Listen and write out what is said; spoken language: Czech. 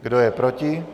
Kdo je proti?